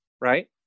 right